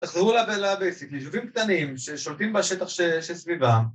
‫תחזרו לבייסיק, לישובים קטנים ‫ששולטים בשטח שסביבם.